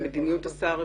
מדיניות השר,